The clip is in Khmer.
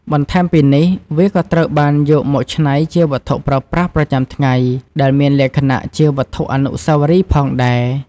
បន្ថែមពីនេះ វាក៏ត្រូវបានយកមកឆ្នៃជាវត្ថុប្រើប្រាស់ប្រចាំថ្ងៃដែលមានលក្ខណៈជាវត្ថុអនុស្សាវរីយ៍ផងដែរ។